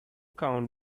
count